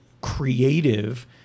creative